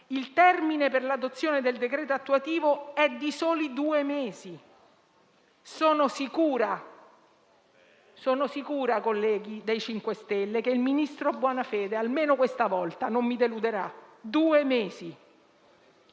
Il termine per l'adozione del decreto attuativo è di soli due mesi. Sono sicura, colleghi dei 5 Stelle, che il ministro Bonafede almeno questa volta non mi deluderà. Parliamo